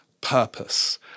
purpose